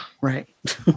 Right